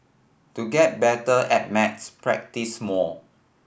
to get better at maths practise more